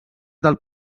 del